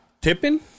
tipping